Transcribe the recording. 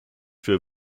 für